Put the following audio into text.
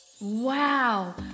Wow